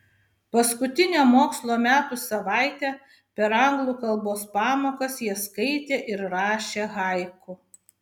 paskutinę mokslo metų savaitę per anglų kalbos pamokas jie skaitė ir rašė haiku